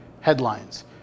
headlines